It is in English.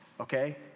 okay